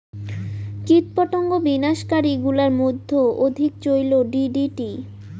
কীটপতঙ্গ বিনাশ কারী গুলার মইধ্যে অধিক চৈল ডি.ডি.টি